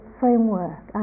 framework